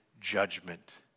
judgment